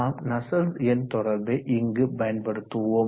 நாம் நஸ்சல்ட்ஸ் எண் தொடர்பை இங்கு பயன்படுத்துவோம்